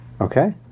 Okay